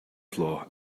floor